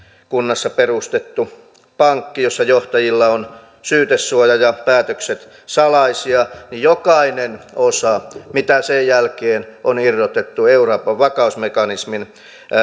perustettu pankki jossa johtajilla on syytesuoja ja päätökset salaisia niin jokainen osa mitä sen jälkeen on irrotettu euroopan vakausmekanismin